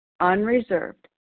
unreserved